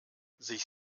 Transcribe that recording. sich